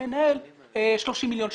שמנהל 30 מיליון שקלים.